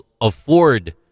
afford